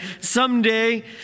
someday